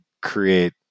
create